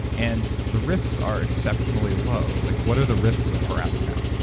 and the risks are exceptionally low. like what are the risks of piracetam?